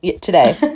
today